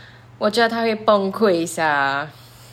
我觉得他崩溃 sia